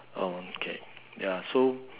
um okay ya so